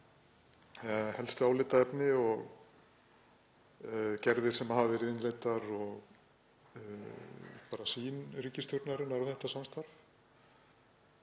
helstu álitaefni og gerðir sem hafa verið innleiddar og birt sýn ríkisstjórnarinnar á þetta samstarf.